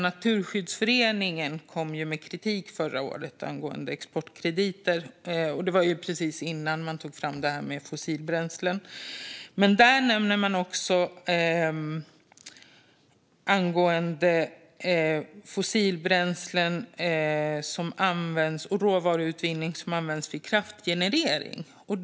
Naturskyddsföreningen kom med kritik förra året angående exportkrediter - det var precis innan man tog fram det här med fossilbränslen - och nämnde råvaruutvinning som kraftgenerering.